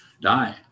die